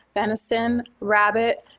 venison, rabbit,